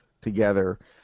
together